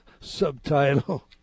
subtitle